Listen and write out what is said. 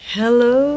Hello